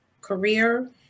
career